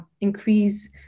increase